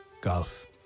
golf